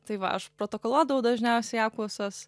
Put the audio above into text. tai va aš protokoluodavau dažniausiai apklausas